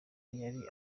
yari